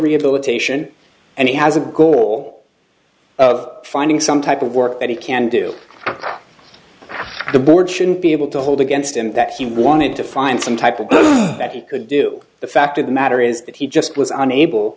rehabilitation and he has a goal of finding some type of work that he can do across the board shouldn't be able to hold against him that he wanted to find some type of book that he could do the fact of the matter is that he just was unable